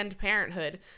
Parenthood